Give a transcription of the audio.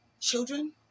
children